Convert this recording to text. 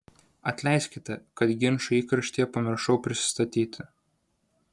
atleiskite kad ginčo įkarštyje pamiršau prisistatyti